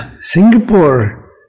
Singapore